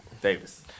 Davis